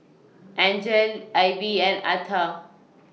Angele Ivie and Atha